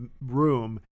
room